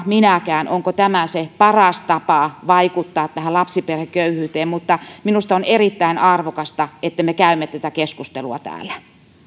minäkään varma onko tämä se paras tapa vaikuttaa lapsiperheköyhyyteen mutta minusta on erittäin arvokasta että me käymme tätä keskustelua täällä